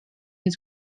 his